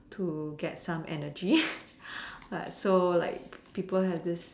to get some energy so like people have this